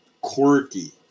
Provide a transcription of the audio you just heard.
Quirky